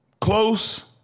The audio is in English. close